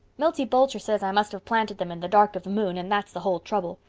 milty boulter says i must have planted them in the dark of the moon and that's the whole trouble.